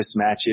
mismatches